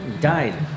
died